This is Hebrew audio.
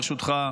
ברשותך,